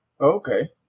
Okay